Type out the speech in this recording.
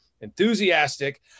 enthusiastic